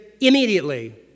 immediately